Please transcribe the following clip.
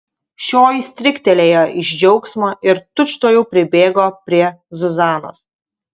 šioji stryktelėjo iš džiaugsmo ir tučtuojau pribėgo prie zuzanos